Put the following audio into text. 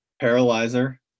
paralyzer